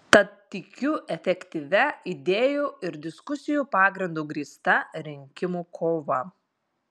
tad tikiu efektyvia idėjų ir diskusijų pagrindu grįsta rinkimų kova